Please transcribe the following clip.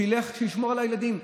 שילך וישמור על הילדים.